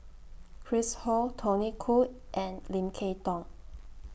Chris Ho Tony Khoo and Lim Kay Tong